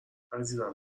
عزیزم